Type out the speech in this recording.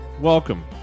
Welcome